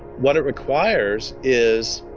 what it requires is